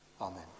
Amen